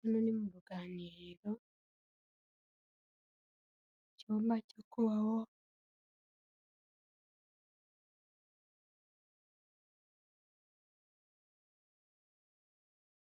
Hano ni mu ruganiriro icyumba cyo kubamo